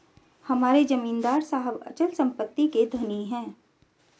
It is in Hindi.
हमारे जमींदार साहब अचल संपत्ति के धनी हैं